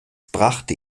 brachte